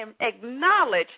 acknowledge